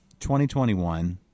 2021